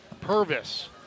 Purvis